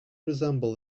resemble